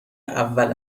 اول